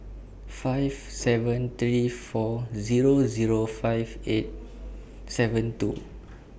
five seven three four Zero Zero five eight seven two